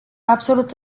absolut